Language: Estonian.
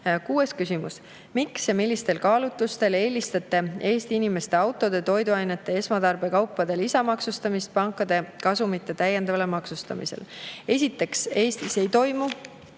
Kuues küsimus: "Miks ja millistel kaalutlustel eelistate Eesti inimeste autode, toiduainete ja esmatarbekaupade lisamaksustamist pankade kasumite täiendavale maksustamisele?" Esiteks, Eestis ei toimu